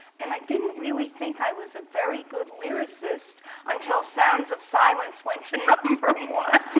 and i didn't really think i was a very good lyricist until sounds of silence went to number one.